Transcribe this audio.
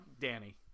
Danny